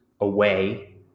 away